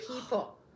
people